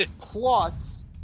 plus